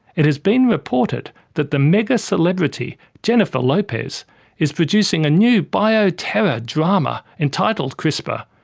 it has been reported that the mega celebrity jennifer lopez is producing a new bio-terror drama entitled crispr,